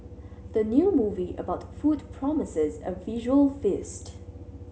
the new movie about food promises a visual feast